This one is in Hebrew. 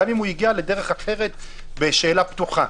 גם אם הוא הגיע לדרך אחרת בשאלה פתוחה.